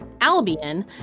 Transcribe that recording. Albion